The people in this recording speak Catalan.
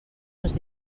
uns